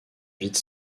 vite